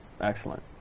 excellent